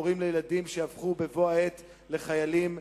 הורים לילדים שיהפכו בבוא העת לחיילים,